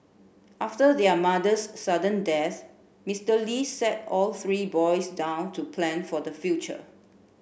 after their mother's sudden death Mister Li sat all three boys down to plan for the future